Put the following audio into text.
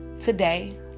today